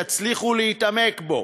תצליחו להתעמק בו.